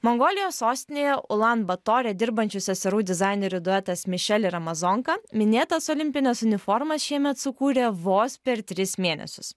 mongolijos sostinėje ulan batore dirbančių seserų dizainerių duetas mišel ir amazonka minėtas olimpines uniformas šiemet sukūrė vos per tris mėnesius